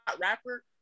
rapper